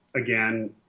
again